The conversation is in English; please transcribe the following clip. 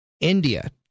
India